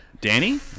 Danny